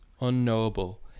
unknowable